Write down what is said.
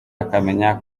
akamenya